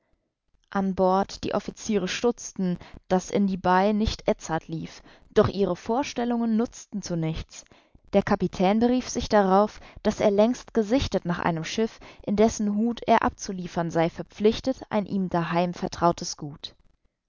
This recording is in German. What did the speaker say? an bord die offiziere stutzten daß in die bai nicht edzard lief doch ihre vorstellungen nutzten zu nichts der kapitän berief sich darauf daß er längst gesichtet nach einem schiff in dessen hut er abzuliefern sei verpflichtet ein ihm daheim vertrautes gut